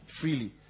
freely